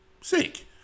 sick